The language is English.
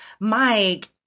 Mike